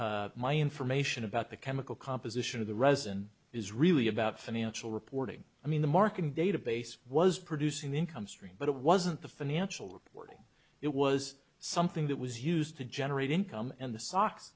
my information about the chemical composition of the resin is really about financial reporting i mean the marketing database was producing the income stream but it wasn't the financial reporting it was something that was used to generate income and the so